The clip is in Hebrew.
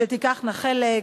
שתיקחנה חלק.